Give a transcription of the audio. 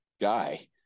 guy